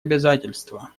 обязательства